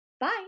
bye